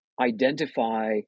identify